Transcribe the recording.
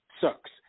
sucks